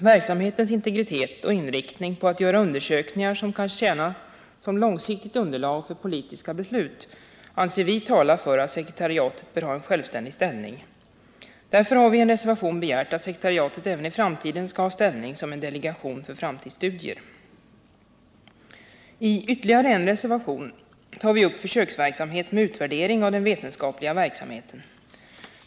Verksamhetens integritet och dess inriktning på att göra undersökningar som kan tjäna som långsiktigt underlag för politiska beslut anser vi tala för att sekretariatet bör ha en självständig ställning. Därför har vi i en reservation begärt att sekretariatet även i framtiden skall ha ställning som delegation för framtidsstudier. I ytterligare en reservation tar vi upp försöksverksamhet med utvärdering av den vetenskapliga verksamheten.